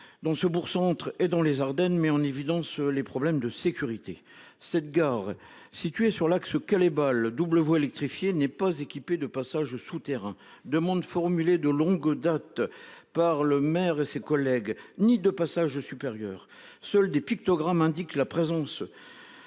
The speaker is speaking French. Dans ce bourg centre et dans les Ardennes met en évidence les problèmes de sécurité. Cette gare située sur l'axe Calais-Bâle le double voie électrifiée n'est pas équipé de passage souterrain de monde formulée de longue date. Par le maire et ses collègues ni de passage supérieur, seuls des pictogrammes indiquent la présence.